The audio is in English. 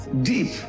Deep